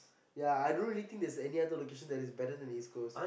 ya I don't really think there is any other location that is better than the East Coast